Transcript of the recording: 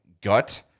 gut